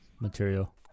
material